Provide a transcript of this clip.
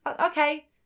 Okay